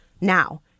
now